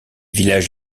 villages